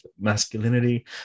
Masculinity